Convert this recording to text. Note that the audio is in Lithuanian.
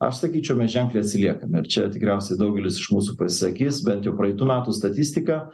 aš sakyčiau mes ženkliai atsiliekam ir čia tikriausiai daugelis iš mūsų pasisakys bent jau praeitų metų statistika